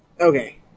Okay